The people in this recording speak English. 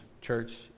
church